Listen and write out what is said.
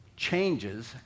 Changes